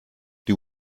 die